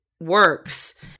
works